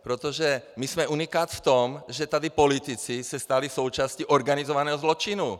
Protože my jsme unikát v tom, že se tady politici stali součástí organizovaného zločinu!